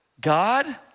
God